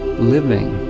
living,